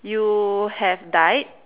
you have died